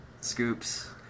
scoops